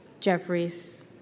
Jeffries